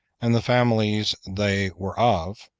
and the families they were of,